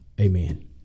Amen